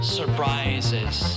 surprises